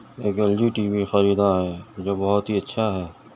ایک L G T V خریدا ہے جو بہت ہی اچھا ہے